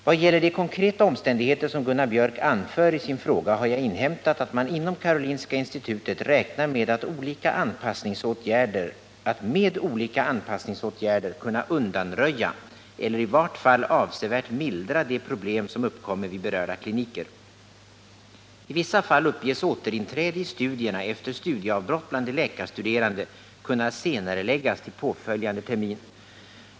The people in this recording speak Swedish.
Vad gäller de konkreta omständigheter som Gunnar Biörck anför i sin fråga harjag inhämtat att man inom Karolinska institutet räknar med att med olika anpassningsåtgärder kunna undanröja eller i vart fall avsevärt mildra de problem som uppkommer vid berörda kliniker. I vissa fall uppges återinträde i studierna efter studieavbrott bland de läkarstuderande kunna senareläggas till påföljande termin.